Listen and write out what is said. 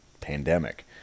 pandemic